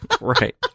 right